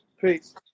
Peace